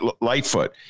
Lightfoot